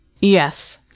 Yes